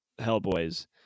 Hellboys